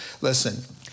listen